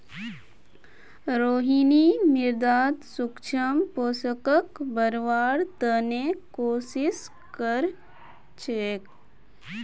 रोहिणी मृदात सूक्ष्म पोषकक बढ़व्वार त न कोशिश क र छेक